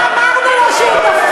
מה אמרנו לו, שהוא דפוק?